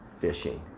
fishing